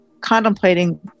contemplating